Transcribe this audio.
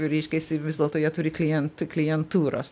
reiškiasi vis dėlto jie turi klient klientūros